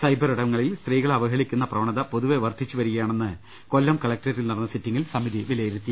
cyber ്ഇടങ്ങളിൽ സ്ത്രീകളെ അവഹേളിക്കുന്ന പ്രവണത പൊതുവേ വർദ്ധിച്ചു വരികയാണെന്ന് കൊല്ലം കളക് ട്രേറ്റിൽ നടന്ന സിറ്റിംഗിൽ സമിതി വിലയിരുത്തി